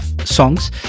songs